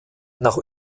nach